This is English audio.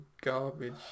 garbage